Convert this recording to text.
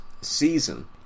season